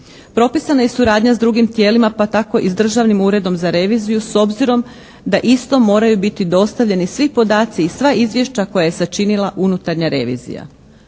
Propisana je i suradnja s drugim tijelima, pa tako i s Državnim uredom za reviziju s obzirom da isto moraju biti dostavljeni svi podaci i sva izvješća koja je sačinila unutarnja revizija.